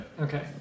Okay